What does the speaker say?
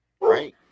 right